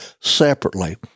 separately